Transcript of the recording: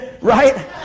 right